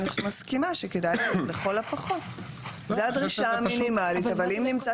אני מסכימה שכדאי שלכול הפחות שזו הדרישה המינימאלית אבל אם נמצא